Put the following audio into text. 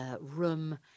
room